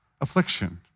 affliction